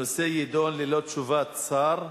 הנושא יידון ללא תשובת שר,